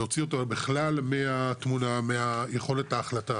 להוציא אותו בכלל מהתמונה, מיכולת ההחלטה.